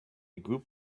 group